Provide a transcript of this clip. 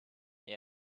you